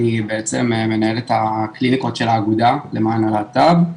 אני בעצם מנהל את הקליניקות של האגודה למען הלהט"ב.